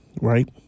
right